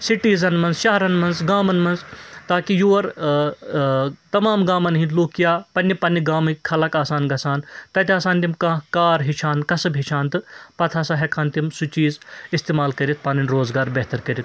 citizen مَنٛز شہرَن مَنٛز گامَن مَنٛز تاکہِ یور تمام گامَن ہنٛدۍ لوٗکھ یا پَننہِ پننہِ گامٕکۍ خلق آسَن گَژھان تتہِ آسہٕ ہان تِم کانٛہہ کار ہیٚچھان کسٕب ہیٚچھان تہٕ پَتہٕ ہَسا ہیٚکہٕ ہان تِم سُہ چیٖز استعمال کٔرِتھ پَنٕنۍ روزگار بہتر کٔرِتھ